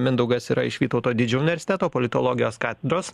mindaugas yra iš vytauto didžiojo universiteto politologijos katedros